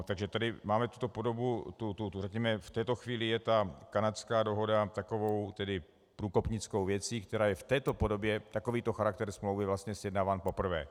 Takže tady máme tuto podobu, řekněme, v této chvíli je ta kanadská dohoda takovou tedy průkopnickou věcí, která je v této podobě, takovýto charakter smlouvy vlastně sjednáván poprvé.